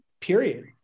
period